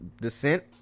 descent